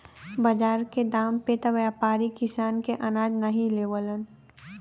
बाजार के दाम पे त व्यापारी किसान के अनाज नाहीं लेवलन